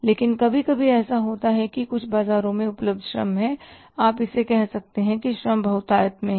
लेकिन कभी कभी ऐसा होता है कि कुछ बाजारों में उपलब्ध श्रम है इसलिए आप इसे कह सकते हैं कि श्रम बहुतायत में है